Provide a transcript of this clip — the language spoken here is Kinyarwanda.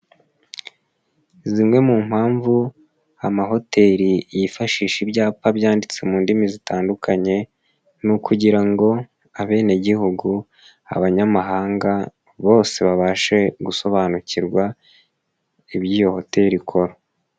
Zimwe mu mpamvu amahoteri yifashisha ibyapa byanditse mu ndimi zitandukanye ni ukugira ngo abenegihugu, abanyamahanga bose babashe gusobanukirwa ibyo iyo hoteri ikora.